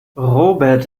robert